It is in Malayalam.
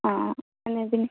ആ എന്നാൽ പിന്നെ